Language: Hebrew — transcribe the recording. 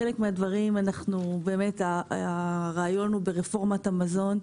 חלק מהדברים הרעיון הוא ברפורמת המזון.